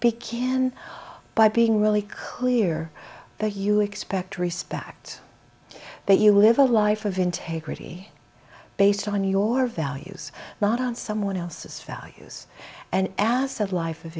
begin by being really clear that you expect respect that you live a life of integrity based on your values not on someone else's values and as said life of